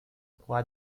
what